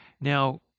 now